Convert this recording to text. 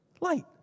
Light